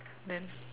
then